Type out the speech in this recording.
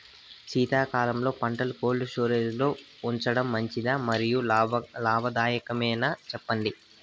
శీతాకాలంలో పంటలు cold storage లో ఉంచడం మంచిదా? మరియు లాభదాయకమేనా, సెప్పండి